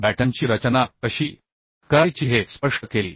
बॅटनची रचना कशी करायची हे स्पष्ट केली